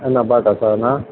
ಎಲ್ಲ ಬಾಟಕನಾ